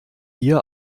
hier